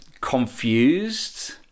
confused